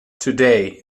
today